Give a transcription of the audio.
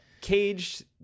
caged